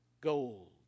gold